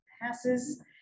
passes